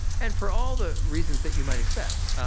and for all the reasons that you might expect.